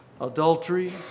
adultery